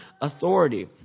authority